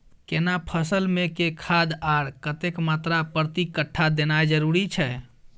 केना फसल मे के खाद आर कतेक मात्रा प्रति कट्ठा देनाय जरूरी छै?